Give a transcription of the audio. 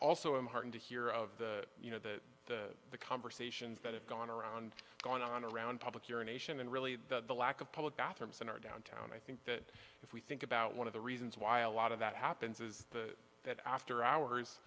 also am heartened to hear of the you know the the conversations that have gone around going on around public urination and really the lack of public bathrooms in our downtown i think that if we think about one of the reasons why a lot of that happens is that after hours